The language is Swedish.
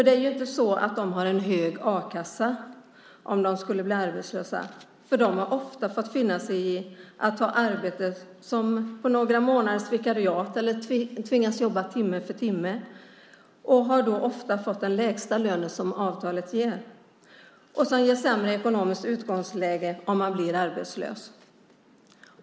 Det är ju inte så att de har en hög a-kassa om de skulle bli arbetslösa. De har ofta fått finna sig i att ta arbeten som är några månaders vikariat eller tvingats jobba timme för timme. De har då ofta fått den lägsta lönen enligt avtalet som ger ett sämre ekonomiskt utgångsläge om de blir arbetslösa.